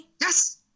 Yes